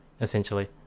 essentially